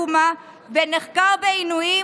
לאחר לילה באמת רצוף בנאומים ועבודה קואליציונית